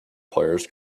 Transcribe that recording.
players